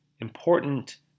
important